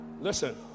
listen